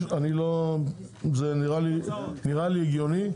זה נראה לי הגיוני,